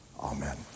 Amen